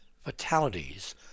fatalities